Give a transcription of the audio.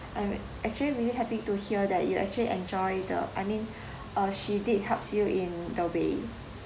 I'm actually really happy to hear that you actually enjoy the I mean uh she did helps you in the way